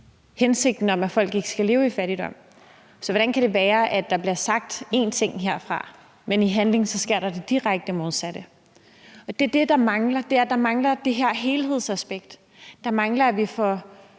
hensigten – at folk ikke skal leve i fattigdom. Så hvordan kan det være, at der bliver sagt én ting herfra, men at der i handlingen sker det direkte modsatte? Det er det, der mangler. Det er, at der mangler det her helhedsaspekt. Der mangler, at vi får